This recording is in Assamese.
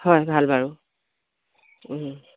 হয় ভাল বাৰু